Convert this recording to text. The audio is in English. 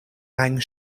rang